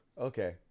okay